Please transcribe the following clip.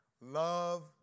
love